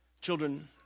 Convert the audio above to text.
Children